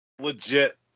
legit